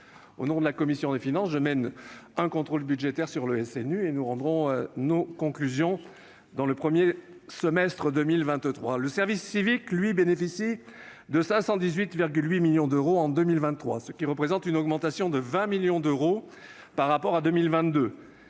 Au nom de la commission des finances, je mène un contrôle budgétaire sur le SNU et nous rendrons nos conclusions durant le premier semestre de 2023. Le service civique bénéficie, lui, de 518,8 millions d'euros en 2023, ce qui représente une augmentation de 20 millions d'euros par rapport à 2022,